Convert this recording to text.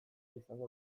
izango